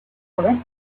correct